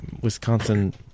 wisconsin